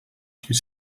due